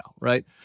right